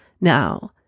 Now